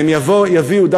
והם יביאו,